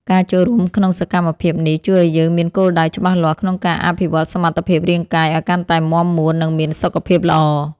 ការចូលរួមក្នុងសកម្មភាពនេះ ជួយឱ្យយើងមានគោលដៅច្បាស់លាស់ក្នុងការអភិវឌ្ឍសមត្ថភាពរាងកាយឱ្យកាន់តែមាំមួន និងមានសុខភាពល្អ។